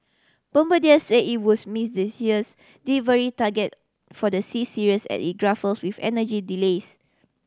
bombardier say it was miss this year's delivery target for the C Series as it with engine delays